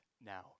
now